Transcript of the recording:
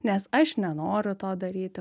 nes aš nenoriu to daryti